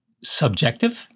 subjective